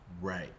Right